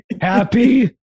happy